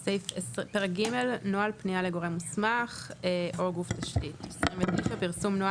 פרק ג׳: נוהל פנייה לגורם מוסמך או גוף תשתית פרסום נוהל